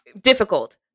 difficult